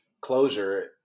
closure